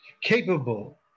capable